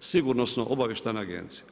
Sigurnosno obavještajna agencija.